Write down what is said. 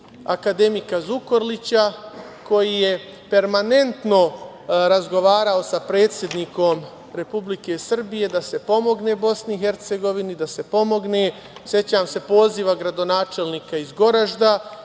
akademika Zukorlića koji je permanentno razgovarao sa predsednikom Republike Srbije da se pomogne Bosni i Hercegovini, sećam se poziva gradonačelnika iz Goražda,